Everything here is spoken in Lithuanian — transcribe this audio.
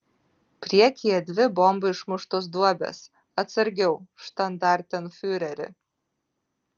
priekyje dvi bombų išmuštos duobės atsargiau štandartenfiureri